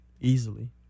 easily